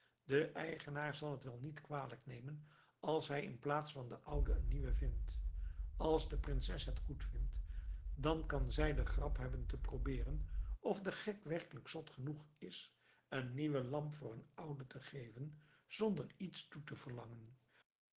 de eigenaar zal het wel niet kwalijk nemen als hij in plaats van de oude een nieuwe vindt als de prinses het goed vindt dan kan zij de grap hebben te probeeren of de gek werkelijk zot genoeg is een nieuwe lamp voor een oude te geven zonder iets toe te verlangen